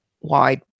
wide